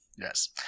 Yes